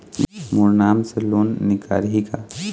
मोर नाम से लोन निकारिही का?